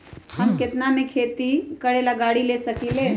हम केतना में खेती करेला गाड़ी ले सकींले?